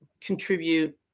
contribute